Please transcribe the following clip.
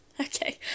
okay